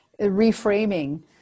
reframing